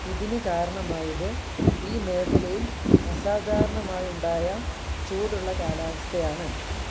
ഇതിന് കാരണമായത് ഈ മേഖലയിൽ അസാധാരണമായുണ്ടായ ചൂടുള്ള കാലാവസ്ഥയാണ്